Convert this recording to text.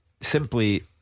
Simply